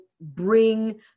bring